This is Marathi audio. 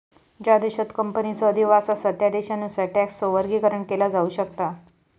ज्या देशांत कंपनीचो अधिवास असा त्या देशानुसार स्टॉकचो वर्गीकरण केला जाऊ शकता